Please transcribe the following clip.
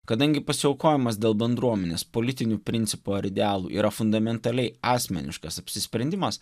kadangi pasiaukojimas dėl bendruomenės politinių principų ar idealų yra fundamentaliai asmeniškas apsisprendimas